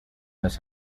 los